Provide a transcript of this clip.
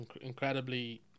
incredibly